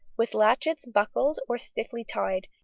with latchets buckled or stiffly tied,